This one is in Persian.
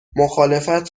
مخالفت